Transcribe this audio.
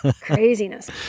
craziness